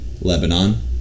Lebanon